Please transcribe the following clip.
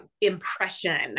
impression